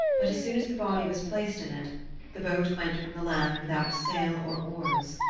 but as soon as the body was placed in it the boat went from the land without sail or oars.